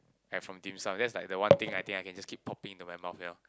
have from Dim Sum that's like the one thing I think I can just keep popping into my mouth ya